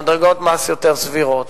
מדרגות מס יותר סבירות,